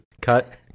Cut